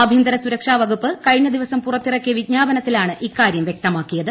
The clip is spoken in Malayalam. ആഭ്യന്തര സുരക്ഷാവകുപ്പ് കഴിഞ്ഞ ദിവസം പുറത്തിറക്കിയ വിജ്ഞാപനത്തിലാണ് ഇക്കാര്യം വൃക്തമാക്കിയത്